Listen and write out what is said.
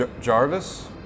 jarvis